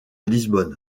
lisbonne